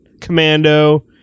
commando